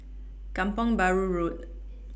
Kampong Bahru Road